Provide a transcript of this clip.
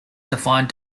defined